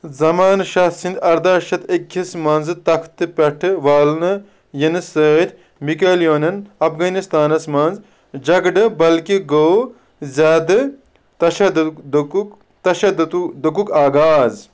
زَمان شاہ سٕنٛدِ ارداہ شتھ أکِس مَنٛز تختہٕ پیٚٹھٕ والنہٕ یِنہٕ سۭتۍ مِکیولِیونن افغٲنِستانس منٛز جگڈٕ بٔلکہِ گوٚو زیادٕ تشَددُک آغاز